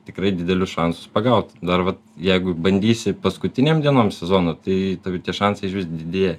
tikrai didelius šansus pagauti dar vat jeigu bandysi paskutinėm dienom sezono tai tavo šansai didėja